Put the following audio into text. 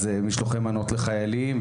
אז משלוחי מנות לחיילים,